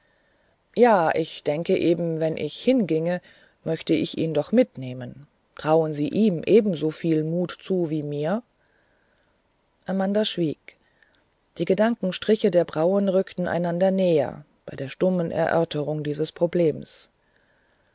ja ich denke eben wenn ich hinginge möchte ich ihn doch mitnehmen trauen sie ihm ebenso viel mut zu wie mir amanda schwieg die gedankenstriche der brauen rückten einander näher bei der stummen erörterung dieses problems